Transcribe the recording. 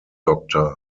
doctor